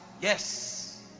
Yes